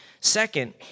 Second